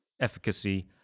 efficacy